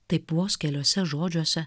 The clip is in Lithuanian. taip vos keliuose žodžiuose